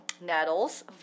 nettles